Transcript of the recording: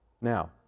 Now